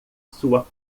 sua